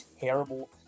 terrible